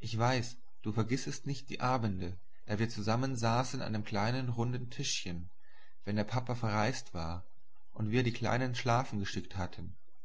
ich weiß du vergissest nicht die abende da wir zusammensaßen an dem kleinen runden tischchen wenn der papa verreist war und wir die kleinen schlafen geschickt hatten